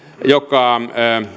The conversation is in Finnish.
joka